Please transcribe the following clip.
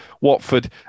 Watford